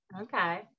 Okay